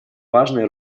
важной